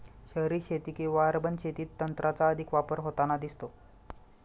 शहरी शेती किंवा अर्बन शेतीत तंत्राचा अधिक वापर होताना दिसतो